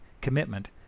commitment